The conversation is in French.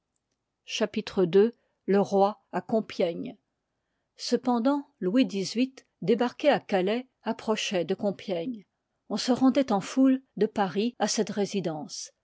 chapitre il le roi à compiègne cependant louis xviii débarqué à calais approchoit de compiègne on se rendoit en foule de paris à cette résidence